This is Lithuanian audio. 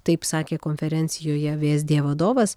taip sakė konferencijoje vsd vadovas